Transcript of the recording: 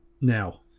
Now